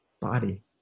body